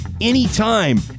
anytime